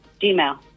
Gmail